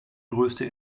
größte